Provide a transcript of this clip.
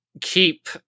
keep